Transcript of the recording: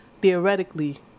theoretically